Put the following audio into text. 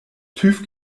tüv